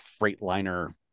Freightliner